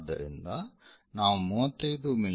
ಆದ್ದರಿಂದ ನಾವು 35 ಮಿ